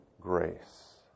Grace